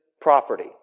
property